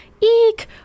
Eek